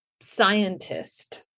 scientist